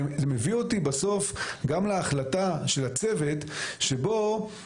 זה מביא אותי בסוף גם להחלטה של הצוות שאנחנו